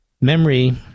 memory